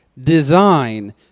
design